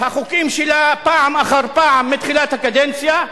שהחוקים שלה, פעם אחר פעם, מתחילת הקדנציה,